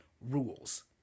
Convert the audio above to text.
rules